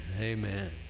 amen